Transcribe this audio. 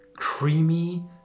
creamy